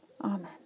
Amen